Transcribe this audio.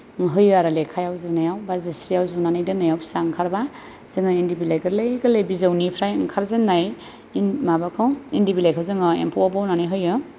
होयो आरो लेखायाव जुनायाव बा जिस्रियाव जुनानै दोननायाव फिसा ओंखारबा जोङो इन्दि बिलाइ गोरलै गोरलै बिजौनिफ्राय ओंखारजेननाय माबाखौ इन्दि बिलाइखौ जोङो एम्फौआव बनानै होयो